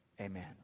amen